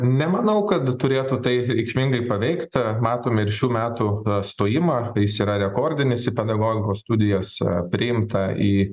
nemanau kad turėtų tai reikšmingai paveikt matom ir šių metų stojimą jis yra rekordinis į pedagogikos studijas priimta į